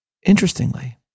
Interestingly